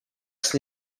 west